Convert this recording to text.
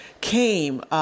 came